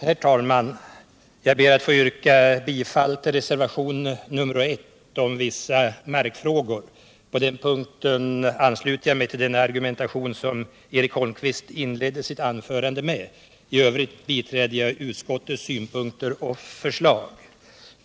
Herr talman! Jag ber att få yrka bifall till reservationen 1 om vissa markfrågor. På den punkten ansluter jag mig till den argumentation som Eric Holmqvist inledde sitt anförande med. I övrigt biträder jag utskottets synpunkter och förslag.